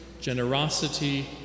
generosity